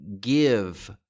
give